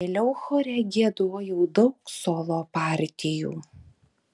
vėliau chore giedojau daug solo partijų